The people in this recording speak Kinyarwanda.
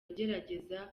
agerageza